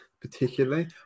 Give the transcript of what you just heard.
particularly